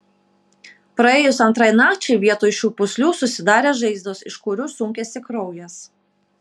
praėjus antrai nakčiai vietoj šių pūslių susidarė žaizdos iš kurių sunkėsi kraujas